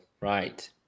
right